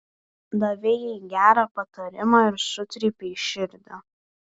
davei jai gerą patarimą ir sutrypei širdį